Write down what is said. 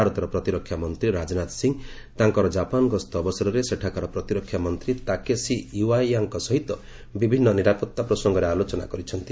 ଭାରତର ପ୍ରତିରକ୍ଷା ମନ୍ତ୍ରୀ ରାଜନାଥ ସିଂହ ତାଙ୍କର ଜାପାନ ଗସ୍ତ ଅବସରରେ ସେଠାକାର ପ୍ରତିରକ୍ଷାମନ୍ତ୍ରୀ ତାକେଶୀ ଇୱାୟାଙ୍କ ସହିତ ବିଭିନ୍ନ ନିରାପତ୍ତା ପ୍ରସଙ୍ଗରେ ଆଲୋଚନା କରିଛନ୍ତି